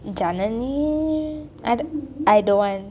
janani I don't want